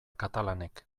katalanek